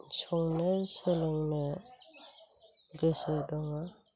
संनो सोलोंनो गोसो दङ